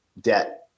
debt